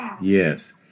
yes